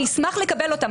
אני אשמח לקבל אותם.